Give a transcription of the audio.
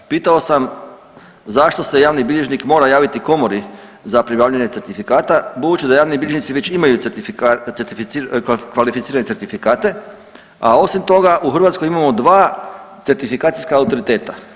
Pitao se zašto se javni bilježnik mora javiti Komori za pribavljanje certifikata budući da javni bilježnici već imaju kvalificirane certifikate, a osim toga u Hrvatskoj imamo dva certifikacijska prioriteta.